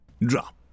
Drop